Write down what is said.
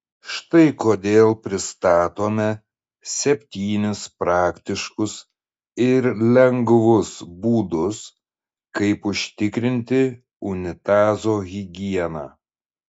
štai kodėl pristatome septynis praktiškus ir lengvus būdus kaip užtikrinti unitazo higieną